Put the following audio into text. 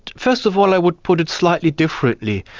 first of all i would put it slightly differently.